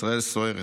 ישראל סוערת.